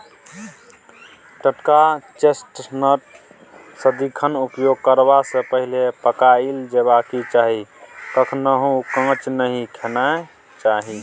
टटका चेस्टनट सदिखन उपयोग करबा सँ पहिले पकाएल जेबाक चाही कखनहुँ कांच नहि खेनाइ चाही